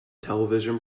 television